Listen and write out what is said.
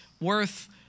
worth